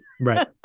Right